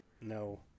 No